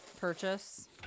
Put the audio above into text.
purchase